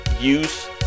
use